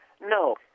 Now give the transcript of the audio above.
No